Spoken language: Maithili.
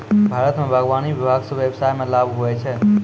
भारत मे बागवानी विभाग से व्यबसाय मे लाभ हुवै छै